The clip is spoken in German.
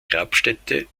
grabstätte